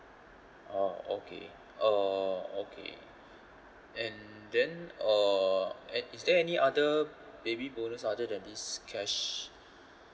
oh okay uh okay and then uh and is there any other baby bonus other than this cash